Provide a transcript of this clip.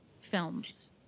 films